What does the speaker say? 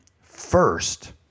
first